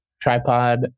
tripod